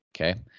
okay